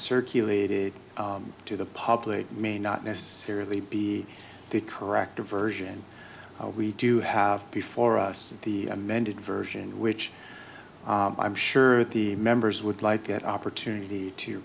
circulated to the public may not necessarily be the correct version we do have before us the amended version which i'm sure the members would like that opportunity to